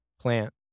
plant